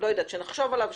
שנחשוב עליו,